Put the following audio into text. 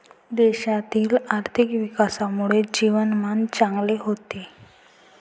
देशातील आर्थिक विकासामुळे जीवनमान चांगले होते